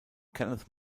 kenneth